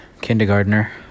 kindergartner